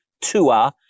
tour